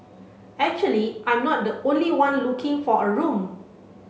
actually I'm not the only one looking for a room